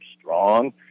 strong